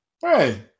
Hey